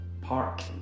Park